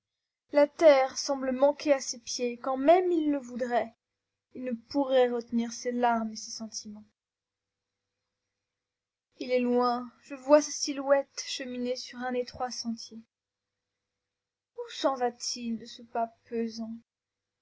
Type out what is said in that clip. la terre semble manquer à ses pieds et quand même il le voudrait il ne pourrait retenir ses larmes et ses sentiments il est loin je vois sa silhouette cheminer sur un étroit sentier où s'en va-t-il de ce pas pesant